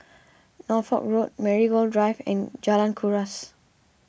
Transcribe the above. Norfolk Road Marigold Drive and Jalan Kuras